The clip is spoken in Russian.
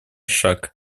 шаг